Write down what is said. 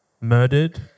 murdered